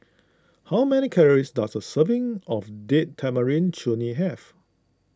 how many calories does a serving of Date Tamarind Chutney have